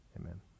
Amen